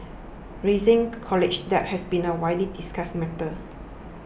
rising college debt has been a widely discussed matter